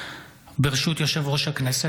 ברשות יושב-ראש הכנסת,